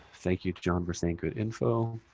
thank you, john, for saying good info.